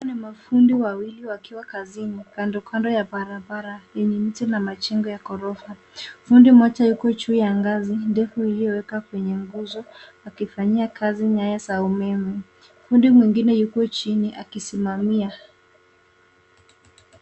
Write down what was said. Hawa ni mafundi wawili wakiwa kazini kando kando ya barabara yenye miti na majengo ya ghorofa. Fundi mmoja yuko juu ya ngazi ndefu iliyowekwa kwenye nguzo wakifanyia kazi nyaya za umeme. Fundi mwingine yuko chini akisimamia.